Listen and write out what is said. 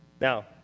Now